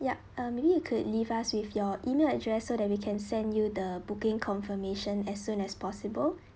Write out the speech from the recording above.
yup uh maybe you could leave us with your email address so that we can send you the booking confirmation as soon as possible